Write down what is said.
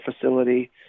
facility